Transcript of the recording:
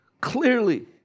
clearly